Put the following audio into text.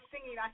singing